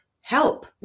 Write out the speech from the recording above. help